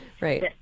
Right